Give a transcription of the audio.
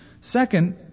Second